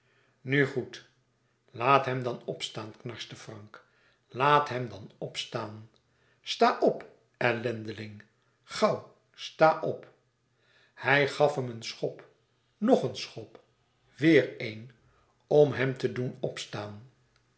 nu goed laat hem dan opstaan knarste frank laat hem dan opstaan sta op ellendeling gauw sta op hij gaf hem een schop nog een schop weêr een om hem te doen opstaan